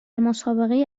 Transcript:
مسابقهای